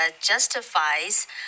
justifies